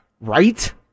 Right